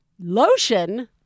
Lotion